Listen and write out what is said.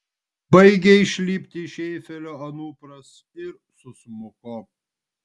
baigė išlipti iš eifelio anupras ir susmuko